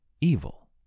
evil